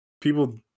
people